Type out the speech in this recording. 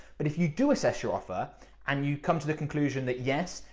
but if you do assess your offer and you come to the conclusion that yes,